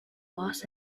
los